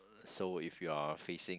so if you are facing